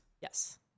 Yes